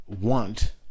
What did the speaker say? want